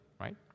Right